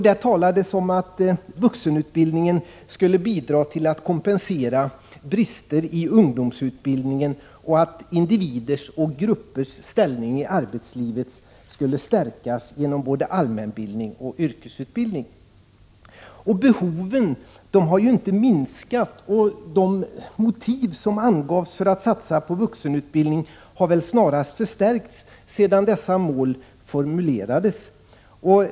Det talades också om att vuxenutbildningen skulle bidra till att kompensera brister i ungdomsutbildningen och att individers och gruppers ställning i arbetslivet skulle stärkas genom både allmänbildning och yrkesutbildning. Behoven har ju inte minskat, och de motiv som angavs för att man skulle satsa på vuxenutbildning har väl snarast förstärkts sedan dessa mål formulerades.